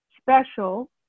special